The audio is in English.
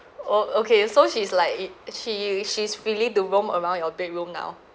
oh okay so she's like it she is she's ready to roam around your bedroom now